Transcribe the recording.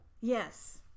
Yes